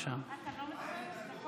מה עם התנגדות?